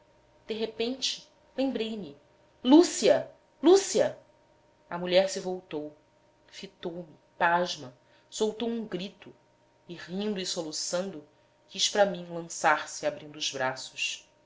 de repente lembrei-me lúcia lúcia a mulher se voltou fitou-me pasma soltou um grito e rindo e soluçando quis para mim lançar-se abrindo os braços